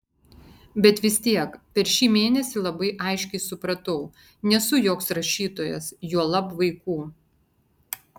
bet vis tiek per šį mėnesį labai aiškiai supratau nesu joks rašytojas juolab vaikų